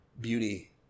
beauty